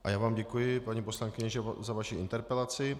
A já vám děkuji, paní poslankyně, za vaši interpelaci.